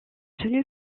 tenu